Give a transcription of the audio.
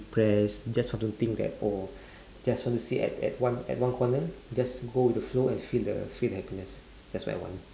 depressed just want to think that oh just want to sit at at one at one corner just go with the flow and feel the feel the happiness that's what I want